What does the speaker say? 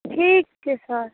ठीक छै सर